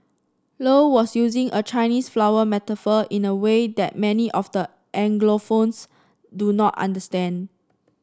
low was using a Chinese flower metaphor in a way that many of the anglophones do not understand